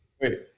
Wait